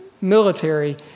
military